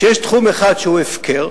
שיש תחום אחד שהוא הפקר,